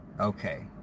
Okay